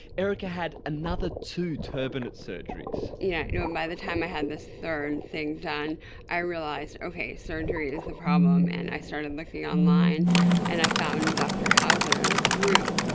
erika had another two turbinate surgeries. yeah you know by the time i had this third thing done i realised, okay, surgery is the problem and i started looking online and i found dr houser's group,